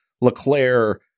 LeClaire